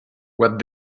what